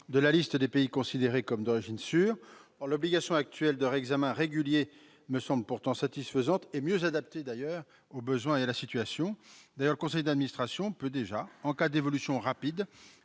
de la liste des pays considérés comme d'origine sûrs. L'obligation actuelle de réexamen régulier me semble pourtant satisfaisante, et mieux adaptée aux besoins et à la situation. D'ailleurs, le conseil d'administration peut déjà, en cas d'évolution rapide